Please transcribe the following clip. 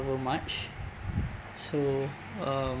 cover much so uh